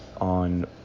on